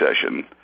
session